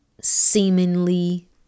seemingly